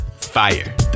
fire